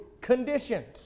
conditions